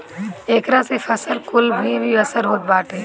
एकरा से फसल कुल पे भी असर होत बाटे